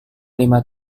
lima